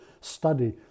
study